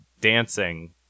dancing